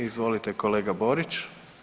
Izvolite kolega Borić.